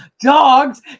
Dogs